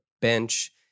bench